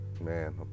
Man